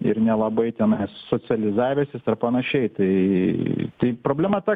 ir nelabai tenai socializavęsis ar panašiai tai tai problema ta